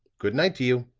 good-night to you.